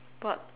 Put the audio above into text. but